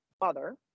mother